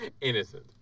Innocent